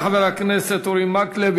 תודה לחבר הכנסת אורי מקלב.